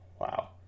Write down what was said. wow